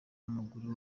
w’amaguru